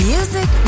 Music